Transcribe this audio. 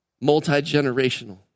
multi-generational